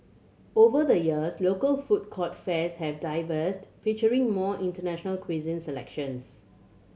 over the years local food court fares have featuring more international cuisine selections